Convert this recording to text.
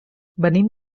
venim